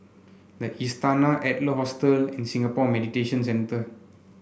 the Istana Adler Hostel and Singapore Mediation Centre